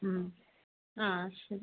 ആ ശരി